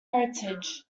heritage